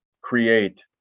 create